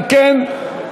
אם כן,